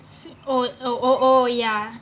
oh oh oh ya